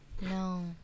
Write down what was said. No